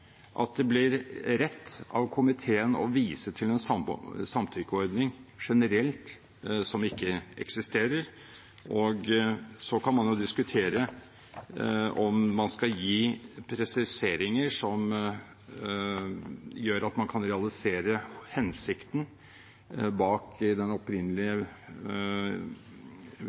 at det blir rett av komiteen å vise til en samtykkeordning generelt som ikke eksisterer. Så kan man jo diskutere om man skal gi presiseringer som gjør at man kan realisere hensikten bak den opprinnelige